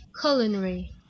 culinary